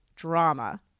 Drama